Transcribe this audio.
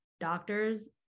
doctors